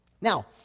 Now